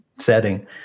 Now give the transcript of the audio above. setting